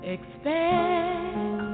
Expect